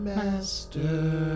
master